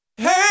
Hey